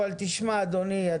אבל תשמע אדוני,